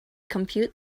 compute